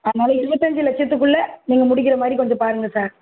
அதனால் இருபத்தஞ்சு லட்சத்துக்குள்ள நீங்கள் முடிக்கிறமாதிரி கொஞ்சம் பாருங்கள் சார்